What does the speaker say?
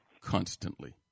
constantly